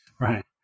Right